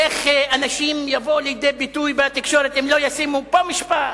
איך אנשים יבואו לידי ביטוי בתקשורת אם לא ישימו פה משפט,